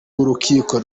w’urukiko